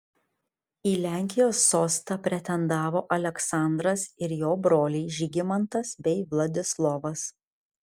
į lenkijos sostą pretendavo aleksandras ir jo broliai žygimantas bei vladislovas